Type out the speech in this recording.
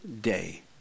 day